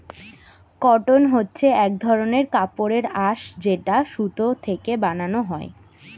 cotton হচ্ছে এক ধরনের কাপড়ের আঁশ যেটা সুতো থেকে বানানো হয়